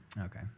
Okay